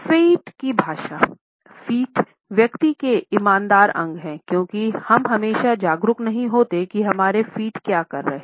feet की भाषा feet व्यक्ति के ईमानदार अंग हैं क्योंकि हम हमेशा जागरूक नहीं होते हैं हमारे फ़ीट क्या कर रहे हैं